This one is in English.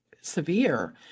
severe